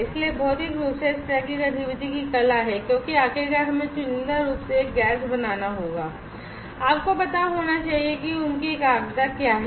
इसलिए भौतिक रूप से इस तरह की गतिविधि की कला है क्योंकि आखिरकार हमें चुनिंदा रूप से एक गैस बनाना होगा आपको पता होना चाहिए कि उनकी एकाग्रता क्या है